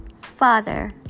father